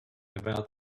about